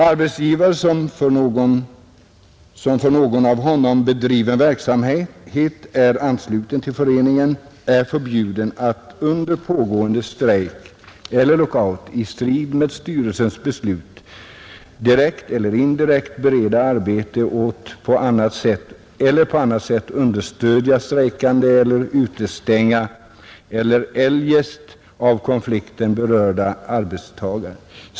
Arbetsgivare, som för någon av honom bedriven verksamhet är ansluten till föreningen, är förbjuden att under pågående strejk eller lockout i strid med styrelsens beslut direkt eller indirekt bereda arbete åt eller på annat sätt understödja strejkande eller utestängda eller eljest av konflikten berörda arbetstagare.